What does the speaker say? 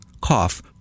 cough